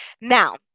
Now